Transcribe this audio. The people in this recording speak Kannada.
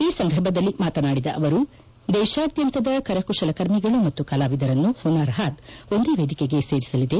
ಈ ಸಂದರ್ಭದಲ್ಲಿ ಮಾತನಾಡಿದ ಅವರು ದೇಶಾದ್ಯಂತದ ಕರಕುಶಲ ಕರ್ಮಿಗಳು ಮತ್ತು ಕಲಾವಿದರನ್ನು ಹುನಾರ್ ಹಾತ್ ಒಂದು ವೇದಿಕೆಗೆ ಸೇರಿಸಲಿದೆ